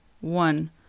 one